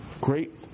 Great